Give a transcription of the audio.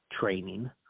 training